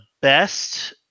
best